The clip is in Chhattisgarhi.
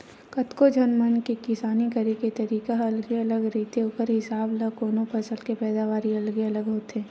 कतको झन मन के किसानी करे के तरीका ह अलगे अलगे रहिथे ओखर हिसाब ल कोनो फसल के पैदावारी अलगे अलगे होथे